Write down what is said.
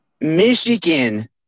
Michigan